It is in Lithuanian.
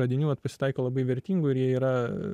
radinių vat pasitaiko labai vertingų ir jie yra